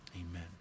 Amen